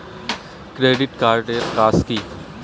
Credit card এর কাজ কি?